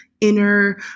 Inner